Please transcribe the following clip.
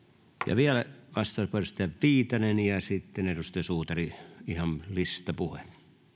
ja vielä vastauspuheenvuoro edustaja viitanen ja sitten edustaja suutari ihan listapuhe